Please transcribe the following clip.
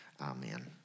Amen